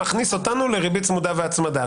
מכניס אותנו ל-"ריבית צמודה והצמדה".